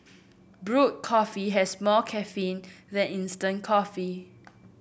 brewed coffee has more caffeine than instant coffee